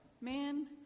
Man